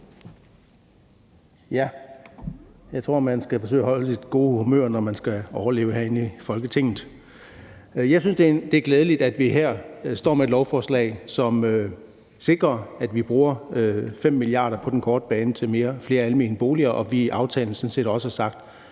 Jeg tror, man skal forsøge at holde fast i det gode humør, når man skal overleve herinde i Folketinget. Jeg synes, det er glædeligt, at vi her står med et lovforslag, som sikrer, at vi bruger 5 mia. kr. på den korte bane til flere almene boliger, og at vi i aftalen sådan set også har sagt,